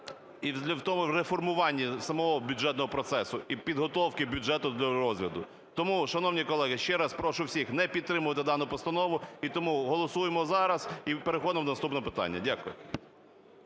і в реформуванні самого бюджетного процесу, і підготовки бюджету до розгляду. Тому, шановні колеги, ще раз прошу всіх не підтримувати дану постанову, і тому голосуємо зараз і переходимо до наступного питання. Дякую.